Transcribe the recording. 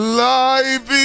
life